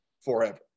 forever